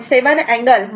7 angle 42